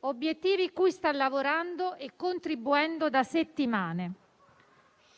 obiettivi cui sta lavorando e contribuendo da settimane.